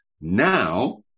Now